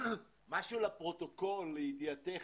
משהו לפרוטוקול: לידיעתך,